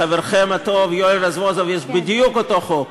לחברכם הטוב יואל רזבוזוב יש בדיוק אותו חוק.